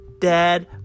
dad